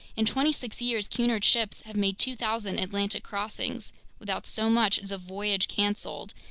in twenty-six years cunard ships have made two thousand atlantic crossings without so much as a voyage canceled,